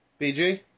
BG